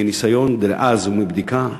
מניסיון דאז ומבדיקה,